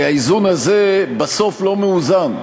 כי האיזון הזה בסוף הוא לא איזון.